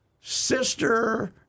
sister